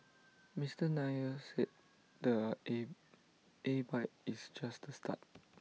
Mr Nair said the A A bike is just the start